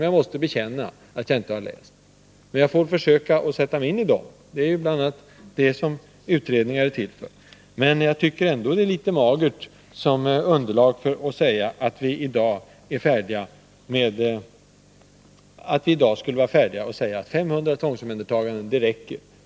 Jag måste bekänna att jag inte har läst dem, men jag får väl försöka att sätta mig in i dem — det är bl.a. sådant som utredningar är till för. Jag tycker ändå att det är litet väl magert som underlag för att vi i dag skall vara färdiga att säga att 500 tvångsomhändertaganden räcker.